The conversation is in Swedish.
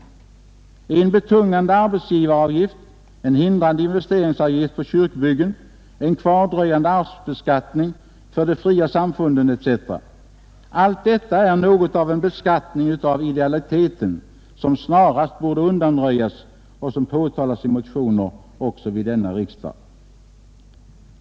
En betungande arbetsgivaravgift, en hindrande investeringsavgift på kyrkbyggen, en kvardröjande arvsbeskattning för de fria samfunden etc. — allt detta är något av en beskattning av idealiteten, som snarast borde undanröjas och som påtalats i motioner också vid denna riksdag.